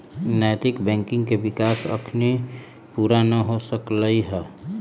नैतिक बैंकिंग के विकास अखनी पुरा न हो सकलइ ह